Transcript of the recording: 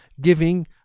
giving